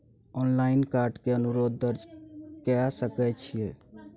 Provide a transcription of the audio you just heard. Online card के अनुरोध दर्ज के सकै छियै?